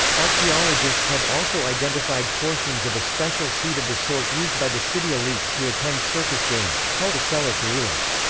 archaeologists have also identified portions of a special seat of the sort used by the city elites to attend circus games, called a sella curulis.